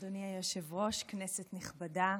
אדוני היושב-ראש, כנסת נכבדה,